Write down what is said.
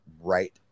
right